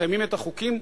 מקיימים את החוקים,